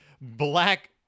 black